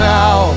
now